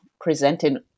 presenting